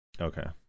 okay